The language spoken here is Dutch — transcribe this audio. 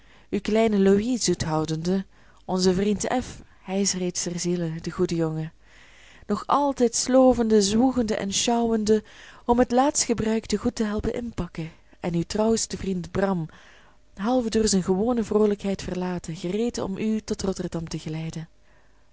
uw kleinen louis zoet houdende onzen vriend f hij is reeds ter ziele de goede jongen nog altijd slovende zwoegende en sjouwende om het laatst gebruikte goed te helpen inpakken en uw trouwsten vriend bram half door zijne gewone vroolijkheid verlaten gereed om u tot rotterdam te geleiden